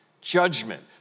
judgment